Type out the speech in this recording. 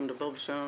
אתה מדבר בשם הממשלה?